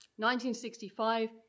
1965